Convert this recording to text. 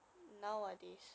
nowadays